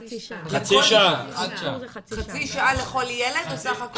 חצי שעה לכל ילד או בסך הכל?